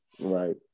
Right